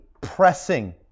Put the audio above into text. pressing